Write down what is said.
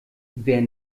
wer